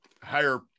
higher